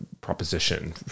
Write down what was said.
proposition